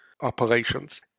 operations